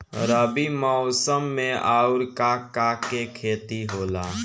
रबी मौसम में आऊर का का के खेती होला?